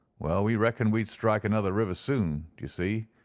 well, we reckoned we'd strike another river soon, d'ye see.